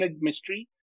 mystery